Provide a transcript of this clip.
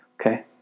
Okay